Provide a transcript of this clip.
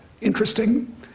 interesting